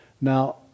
Now